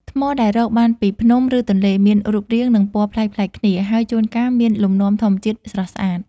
ថ្មដែលរកបានពីភ្នំ ឬទន្លេ មានរូបរាង និងពណ៌ប្លែកៗគ្នា ហើយជួនកាលមានលំនាំធម្មជាតិស្រស់ស្អាត។